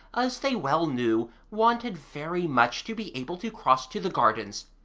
as they well knew, wanted very much to be able to cross to the gardens,